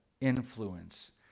influence